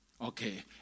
Okay